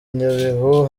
nyabihu